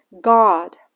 God